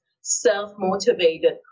self-motivated